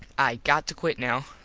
i got to quit now.